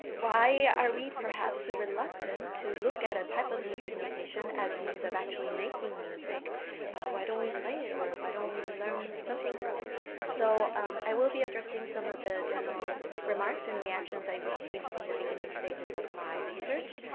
why are we perhaps so reluctant to look at a type of music notation as means of actually making music why don't we play it or why don't we learn something from it so i will be addressing some of the general remarks and reactions i received in the beginning stages of my research,